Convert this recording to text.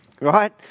right